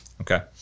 okay